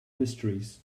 mysteries